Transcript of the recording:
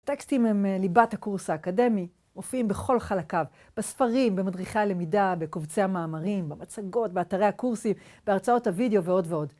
הטקסטים הם ליבת הקורס האקדמי, מופיעים בכל חלקיו, בספרים, במדריכי הלמידה, בקובצי המאמרים, במצגות, באתרי הקורסים, בהרצאות הוידאו ועוד ועוד.